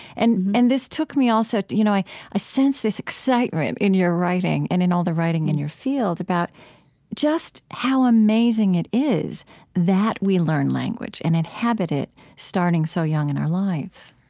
and and this took me also you know i ah sense this excitement in your writing and in all the writing in your field about just how amazing it is that we learn language and inhabit it starting so young in lives